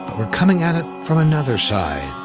we're coming at it from another side.